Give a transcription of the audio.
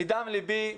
מדם לבי,